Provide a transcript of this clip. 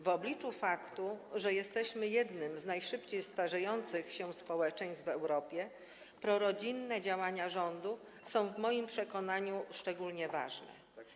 W obliczu faktu, że jesteśmy jednym z najszybciej starzejących się społeczeństw w Europie, prorodzinne działania rządu są w moim przekonaniu szczególnie ważne.